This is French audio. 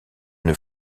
une